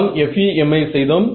நாம் FEM ஐ செய்தோம்